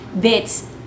bits